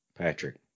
Patrick